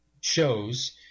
shows